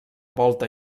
volta